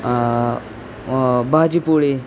भाजीपोळी